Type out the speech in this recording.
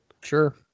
Sure